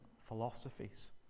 philosophies